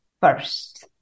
first